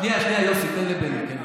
שנייה, יוסי, תן לבני.